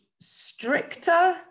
stricter